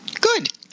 Good